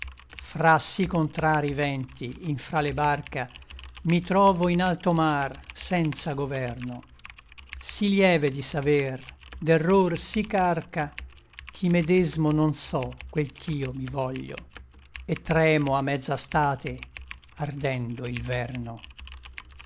sí contrari vènti in frale barca mi trovo in alto mar senza governo sí lieve di saver d'error sí carca ch'i medesmo non so quel ch'io mi voglio et tremo a mezza state ardendo